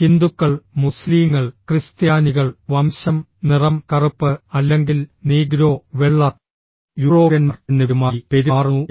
ഹിന്ദുക്കൾ മുസ്ലീങ്ങൾ ക്രിസ്ത്യാനികൾ വംശം നിറം കറുപ്പ് അല്ലെങ്കിൽ നീഗ്രോ വെള്ള യൂറോപ്യന്മാർ എന്നിവരുമായി പെരുമാറുന്നു എന്നാണ്